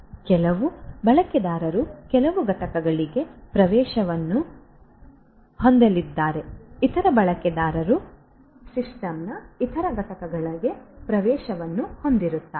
ಕೆಲವು ಬಳಕೆದಾರರು ಕೆಲವು ಘಟಕಗಳಿಗೆ ಪ್ರವೇಶವನ್ನು ಹೊಂದಲಿದ್ದಾರೆ ಇತರ ಬಳಕೆದಾರರು ಸಿಸ್ಟಮ್ನ ಇತರ ಘಟಕಗಳಿಗೆ ಪ್ರವೇಶವನ್ನು ಹೊಂದಿರುತ್ತಾರೆ